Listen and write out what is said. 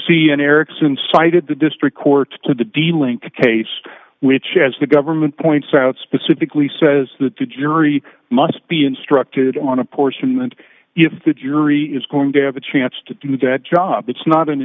ian erickson cited the district court to the dealing case which as the government points out specifically says that the jury must be instructed on apportionment if the jury is going to have a chance to do that job it's not an